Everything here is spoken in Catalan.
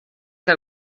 que